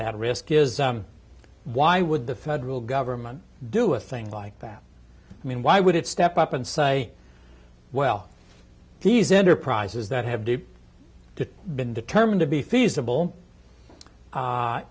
that risk is why would the federal government do a thing like that i mean why would it step up and say well these enterprises that have due to been determined to be feasible